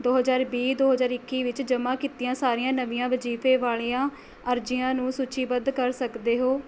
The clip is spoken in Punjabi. ਦੋ ਹਜਾਰ ਵੀਹ ਦੋ ਹਜਾਰ ਇੱਕੀ ਵਿੱਚ ਜਮ੍ਹਾ ਕੀਤੀਆਂ ਸਾਰੀਆਂ ਨਵੀਆਂ ਵਜ਼ੀਫੇ ਵਾਲੀਆਂ ਅਰਜ਼ੀਆਂ ਨੂੰ ਸੂਚੀਬੱਧ ਕਰ ਸਕਦੇ ਹੋ